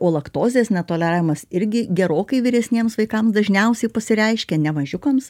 o laktozės netoleravimas irgi gerokai vyresniems vaikam dažniausiai pasireiškia ne mažiukams